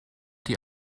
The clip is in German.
die